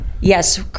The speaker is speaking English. yes